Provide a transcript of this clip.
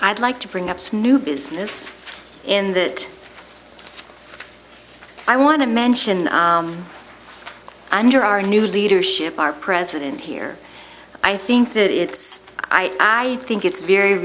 i'd like to bring ups new business in that i want to mention under our new leadership our president here i think that it's i i think it's very